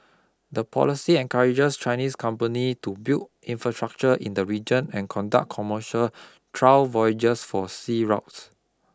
the policy encourages Chinese companies to build infrastructure in the region and conduct commercial trial voyages for sea routes